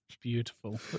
Beautiful